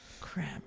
crap